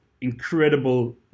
incredible